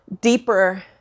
deeper